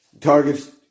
Target's